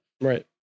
Right